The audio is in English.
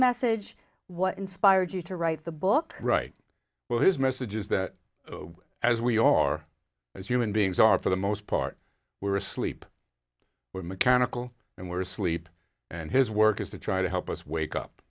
message what inspired you to write the book right well his message is that as we all are as human beings are for the most part we're asleep with mechanical and we're asleep and his work is to try to help us wake up